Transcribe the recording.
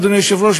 אדוני היושב-ראש,